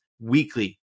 weekly